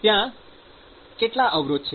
ત્યાં કેટલા અવરોધ છે